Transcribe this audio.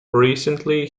recently